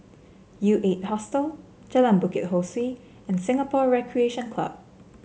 U Eight Hostel Jalan Bukit Ho Swee and Singapore Recreation Club